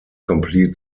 complete